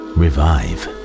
revive